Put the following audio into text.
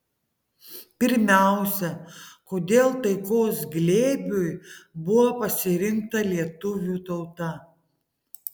pirmiausia kodėl taikos glėbiui buvo pasirinkta lietuvių tauta